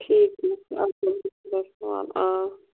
ٹھیٖک آ